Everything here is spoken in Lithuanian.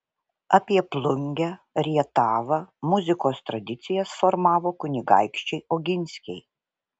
apie plungę rietavą muzikos tradicijas formavo kunigaikščiai oginskiai